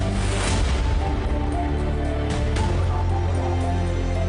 לא מדובר על כביש של 20 קילומטר.